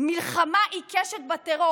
מלחמה עיקשת בטרור.